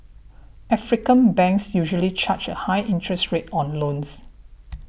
African banks usually charge a high interest rate on loans